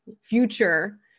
future